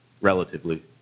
relatively